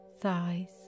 Thighs